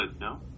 no